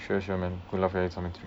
sure sure man good luck for your assignments